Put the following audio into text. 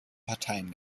parteien